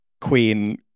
queen